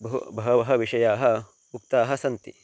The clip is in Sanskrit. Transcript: भ बहु बहवः विषयाः उक्ताः सन्ति